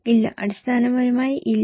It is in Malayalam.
ഇല്ല അടിസ്ഥാനപരമായി ഇല്ല